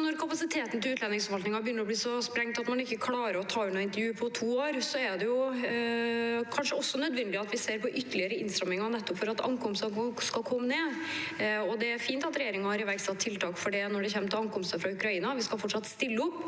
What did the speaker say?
Når kapasiteten til utlendingsforvaltningen begynner å bli så sprengt at man ikke klarer å ta unna intervjuer på to år, er det kanskje nødvendig at vi ser på ytterligere innstramminger nettopp for at ankomstene skal gå ned. Det er fint at regjeringen har iverksatt tiltak når det gjelder ankomster fra Ukraina. Vi skal fortsatt stille opp,